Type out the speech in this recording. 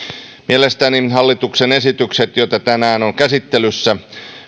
mielestäni hallituksen esitykset joita tänään on käsittelyssä